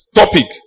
topic